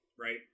right